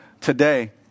today